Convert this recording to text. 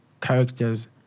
characters